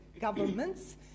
governments